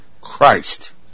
Christ